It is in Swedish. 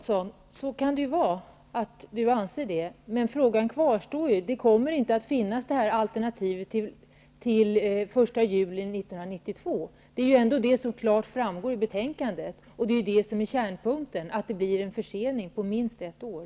Herr talman! Det må vara att Agne Hansson anser att det finns direktiv, men faktum kvarstår att det inte kommer att finnas något alternativ färdigt till den 1 juli 1992. Det framgår klart av betänkandet, och det är det som är kärnpunkten. Det blir en försening på minst ett år.